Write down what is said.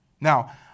Now